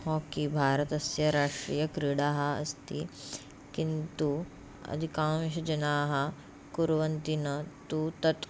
होकि भारतस्य राष्ट्रीयक्रीडा अस्ति किन्तु अधिकांशजनाः कुर्वन्ति न तु तत्